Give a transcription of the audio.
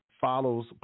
follows